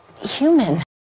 human